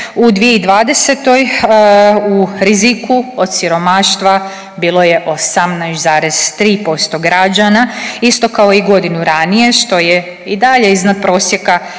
U 2020. u riziku od siromaštva bilo je 18,3% građana isto kao i godinu ranije što je i dalje iznad prosjeka